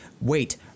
wait